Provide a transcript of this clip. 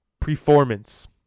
performance